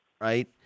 right